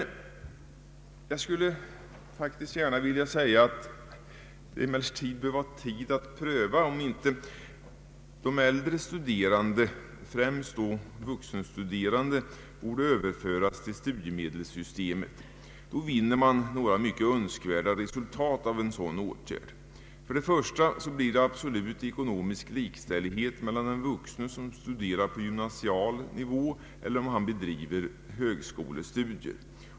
Jag skulle gärna vilja säga att det bör vara på tiden att pröva om inte de äldre studerande, främst då vuxenstuderande, borde överföras till studiemedelssystemet. Man vinner några mycket önskvärda resultat av en sådan åtgärd. För det första blir det absolut ekonomisk likställighet mellan den vuxne som studerar på gymnasienivå och den som bedriver högskolestudier.